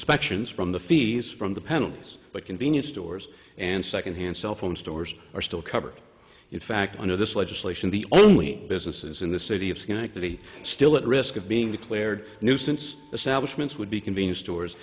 inspections from the fees from the penalties but convenience stores and second hand cell phone stores are still covered in fact under this legislation the only businesses in the city of schenectady still at risk of being declared nuisance establishment would be convenience stores